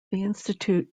institute